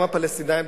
גם הפלסטינים,